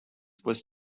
was